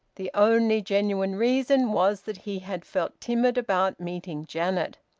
the only genuine reason was that he had felt timid about meeting janet.